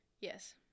Yes